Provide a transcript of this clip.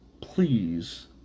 please